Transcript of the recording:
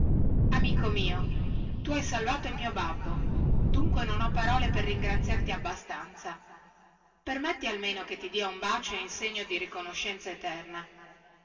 amico mio tu hai salvato il mio babbo dunque non ho parole per ringraziarti abbastanza permetti almeno che ti dia un bacio in segno di riconoscenza eterna